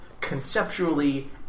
conceptually